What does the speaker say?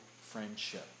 friendship